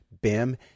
BIM